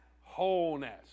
wholeness